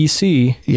EC